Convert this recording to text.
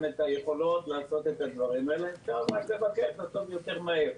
את היכולות לעשות את הדברים ואפשר לבקש לעשות יותר מהר.